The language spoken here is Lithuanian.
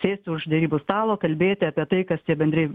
sėsti už derybų stalo kalbėti apie tai kas tie bendri